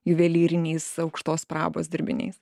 juvelyriniais aukštos prabos dirbiniais